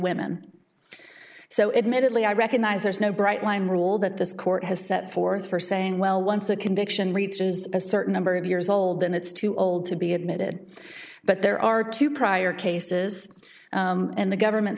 women so it medically i recognize there's no bright line rule that this court has set forth for saying well once a conviction reaches a certain number of years old and it's too old to be admitted but there are two prior cases and the government